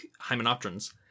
hymenopterans